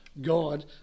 God